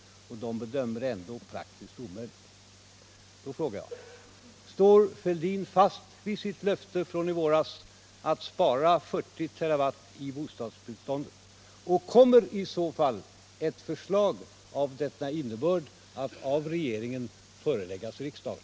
Utredningen bedömer det ändå som praktiskt omöjligt. Därför frågar jag: Står Thorbjörn Fälldin fast vid sitt löfte från i våras att spara 40 terawatt i bostadsbeståndet? Och kommer i så fall ett förslag av denna innebörd att av regeringen föreläggas riksdagen?